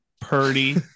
Purdy